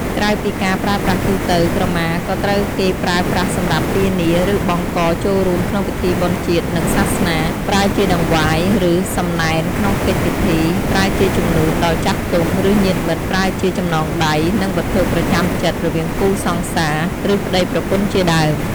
ក្រៅពីការប្រើប្រាស់ទូទៅ ក្រមា ក៏ត្រូវគេប្រើប្រាស់សម្រាប់ពានា ឬបង់កចូលរួមក្នុងពិធីបុណ្យជាតិនិងសាសនា, ប្រើជាតង្វាយ ឬសំណែនក្នុងកិច្ចពិធី, ប្រើជាជំនូនដល់ចាស់ទុំ ឬញាតិមិត្តប្រើជាចំណងដៃ និងវត្ថុប្រចាំចិត្តរវាងគូសង្សារ ឬប្តីប្រពន្ធជាដើម។